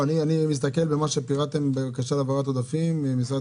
אני מסתכל במה שפירטתם בבקשת הגשת עודפים ממשרד